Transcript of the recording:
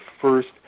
first